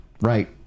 Right